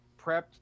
prepped